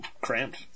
cramped